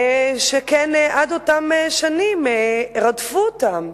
שכן עד אותן שנים רדפו אותם.